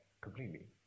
completely